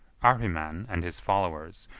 ahriman and his followers,